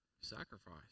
Sacrifice